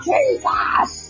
Jesus